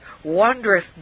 Wondrous